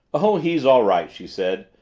oh, he's all right, she said.